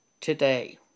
today